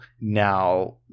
now